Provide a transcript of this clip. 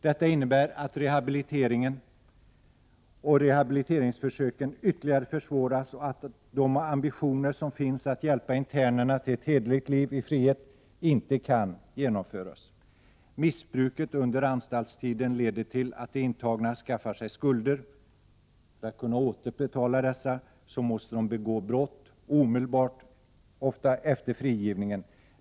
Detta innebär att rehabiliteringen och rehabiliteringsförsöken ytterligare försvåras och att de ambitioner som finns att hjälpa internerna till ett hederligt liv i frihet inte kan genomföras. Missbruket under anstaltstiden leder till att de intagna skaffar sig skulder. För att kunna återbetala dessa måste de begå brott, ofta omedelbart efter frigivningen.